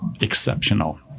exceptional